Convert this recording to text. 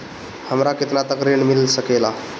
हमरा केतना तक ऋण मिल सके ला?